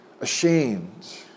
ashamed